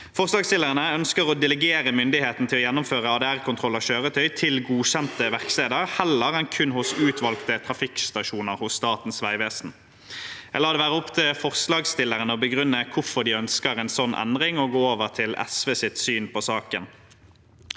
Forslagsstillerne ønsker å delegere myndigheten til å gjennomføre ADR-kontroll av kjøretøy til godkjente verksteder heller enn kun hos utvalgte trafikkstasjoner hos Statens vegvesen. Jeg lar det være opp til forslagsstillerne å begrunne hvorfor de ønsker en sånn endring, og går over til SVs syn på saken.